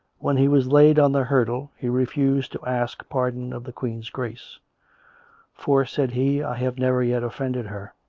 when he was laid on the hurdle he refused to ask pardon of the queen's grace for, said he, i have never yet offended her.